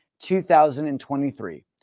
2023